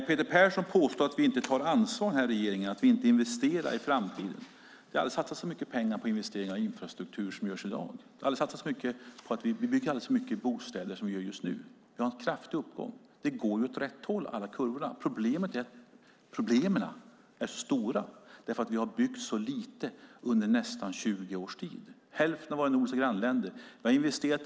Peter Persson påstår att regeringen inte tar ansvar och inte investerar i framtiden. Det har aldrig satsats så mycket pengar i investeringar i infrastruktur som det görs i dag. Det har aldrig byggts så mycket bostäder som det görs nu. Vi har en kraftig uppgång, och alla kurvor går åt rätt håll. Men problemen är stora eftersom vi har byggt så lite under nästan 20 år. Vi har byggt hälften av vad våra nordiska grannländer gjort.